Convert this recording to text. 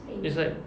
it's like